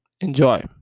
enjoy